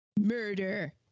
Murder